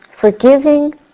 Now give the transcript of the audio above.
forgiving